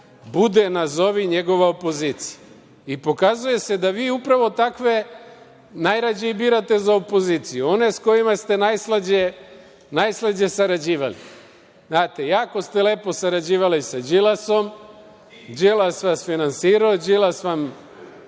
bude, nazovi, njegova opozicija, i pokazuje da vi upravo takve najrađe i birate za opoziciju, one sa kojima ste najslađe sarađivali. Znate, jako ste lepo sarađivali sa Đilasom. Đilas vas finansirao, Đilas vam